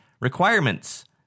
Requirements